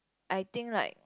I think like